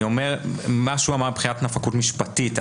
מה שהוא אמר מבחינת נפקות משפטית,